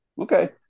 Okay